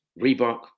Reebok